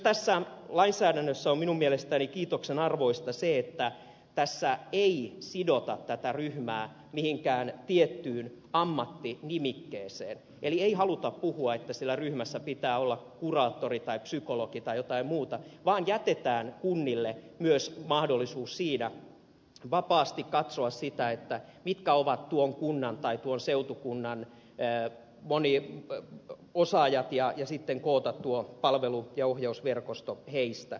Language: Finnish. tässä lainsäädännössä on minun mielestäni kiitoksen arvoista myös se että tässä ei sidota tätä ryhmää mihinkään tiettyyn ammattinimikkeeseen eli ei haluta puhua että siellä ryhmässä pitää olla kuraattori tai psykologi tai jotain muuta vaan jätetään kunnille myös mahdollisuus siinä vapaasti katsoa sitä mitkä ovat tuon kunnan tai tuon seutukunnan moniosaajat ja sitten koota tuo palvelu ja ohjausverkosto heistä